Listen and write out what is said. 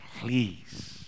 please